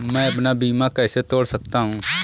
मैं अपना बीमा कैसे तोड़ सकता हूँ?